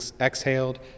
exhaled